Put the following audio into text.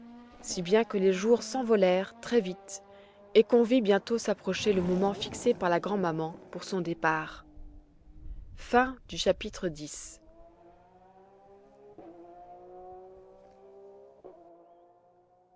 si bien que les jours s'envolèrent très vite et qu'on vit bientôt s'approcher le moment fixé par la grand'maman pour son départ chapitre xi